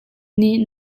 nih